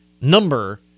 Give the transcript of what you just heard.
number